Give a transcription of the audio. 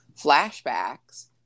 flashbacks